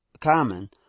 common